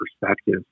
perspective